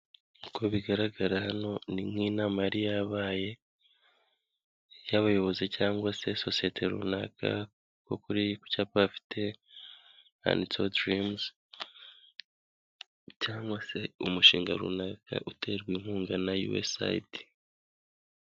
Uko bigaragara hano ni nk'inama yari yabaye y'abayobozi cyangwa se sosiyete runaka, kuko ku cyapa bafite handitseho durimuzi cyangwa se umushinga runaka uterwa inkunga na yuwesayidi.